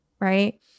right